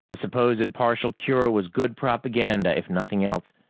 the supposed partial cure was good propaganda, if nothing else,